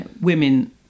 women